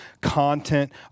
content